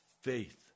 faith